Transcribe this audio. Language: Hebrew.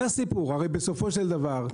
הרי בסופו של דבר,